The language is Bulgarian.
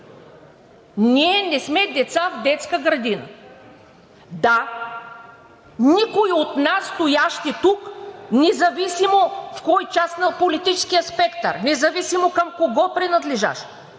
Ние не сме деца в детска градина! Да, никой от нас, стоящи тук, независимо в коя част на политическия спектър, независимо към кого принадлежащ,